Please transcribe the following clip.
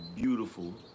beautiful